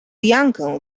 jankę